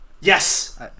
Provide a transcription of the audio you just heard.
Yes